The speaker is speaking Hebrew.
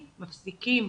מפסיקים.